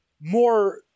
more